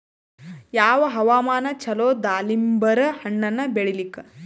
ಯಾವ ಹವಾಮಾನ ಚಲೋ ದಾಲಿಂಬರ ಹಣ್ಣನ್ನ ಬೆಳಿಲಿಕ?